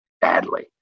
badly